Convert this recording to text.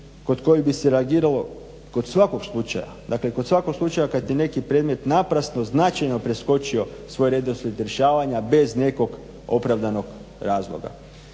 kod kojih bi se reagiralo kod svakog slučaja, dakle kod svakog slučaja kad je neki predmet naprasno, značajno preskočio svoj redoslijed rješavanja bez nekog opravdanog razloga.